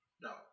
No